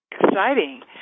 Exciting